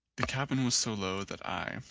the cabin was so low that i,